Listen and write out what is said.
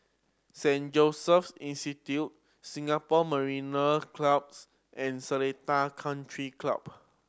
Saint Joseph's Institution Singapore Mariner Clubs and Seletar Country Club